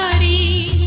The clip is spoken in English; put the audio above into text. the